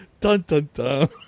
dun-dun-dun